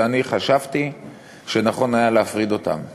שאני חשבתי שנכון היה להפריד אותם.